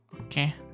Okay